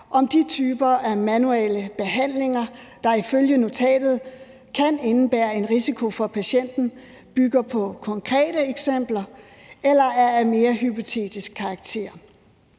om de typer af manuelle behandlinger, der ifølge notatet kan indebære en risiko for patienten, bygger på konkrete eksempler eller er af mere hypotetisk karakter.